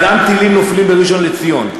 אבל טילים נופלים גם בראשון-לציון,